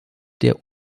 der